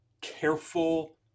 careful